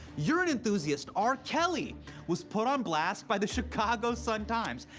urine enthusiast r. kelly was put on blast by the chicago sun-times.